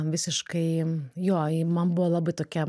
visiškai jo ji man buvo labai tokia